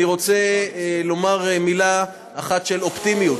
אני רוצה לומר מילה אחת של אופטימיות.